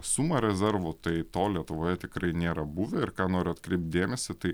sumą rezervų tai to lietuvoje tikrai nėra buvę ir ką noriu atkreipt dėmesį tai